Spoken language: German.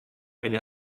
eine